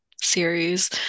series